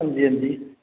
हां जी हां जी